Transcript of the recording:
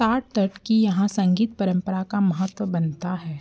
की यहाँ संगीत परंपरा का महत्व बनता है